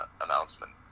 announcement